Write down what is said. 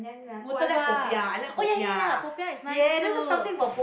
Murtabak oh ya ya ya Popiah is nice too